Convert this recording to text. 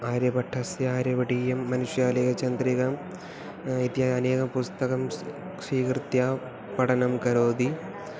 आर्यभट्टस्य आर्यभटीयं मनुष्यालयचन्द्रिकाम् इत्यादि अनेकपुस्तकं स्वीकृत्य पठनं करोति